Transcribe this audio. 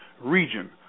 region